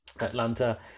Atlanta